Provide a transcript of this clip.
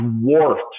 dwarfed